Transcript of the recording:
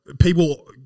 people